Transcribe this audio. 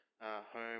Home